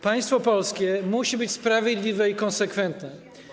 Państwo polskie musi być sprawiedliwe i konsekwentne.